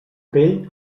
pell